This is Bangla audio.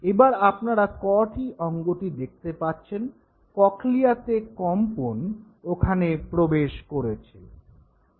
এবার আপনারা কর্টি অঙ্গটি দেখতে পাচ্ছেন ককলিয়াতে কম্পন ওখানে প্রবেশ করেছে